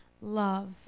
love